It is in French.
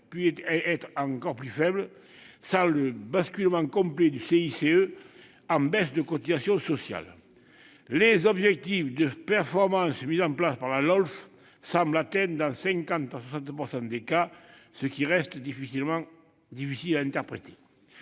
peut-être été encore plus faible sans le basculement complet du CICE en baisse de cotisations sociales. Les objectifs de performance instaurés par la LOLF semblent atteints dans 50 % à 60 % des cas, ce qui est difficile à interpréter